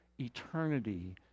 eternity